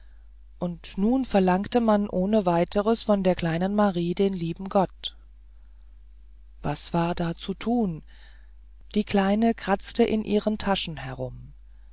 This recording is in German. und nun verlangte man ohne weiteres von der kleinen marie den lieben gott was war da zu tun die kleine kratzte in ihren taschen herum